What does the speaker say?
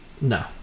No